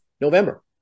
November